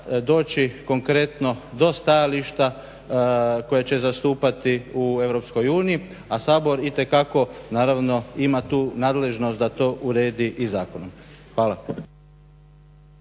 doći konkretno do stajališta koje će zastupati u Europskoj uniji, a Sabor itekako naravno ima tu nadležnost da to uredi i zakonom. Hvala.